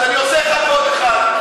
אז אני עושה אחד ועוד אחד,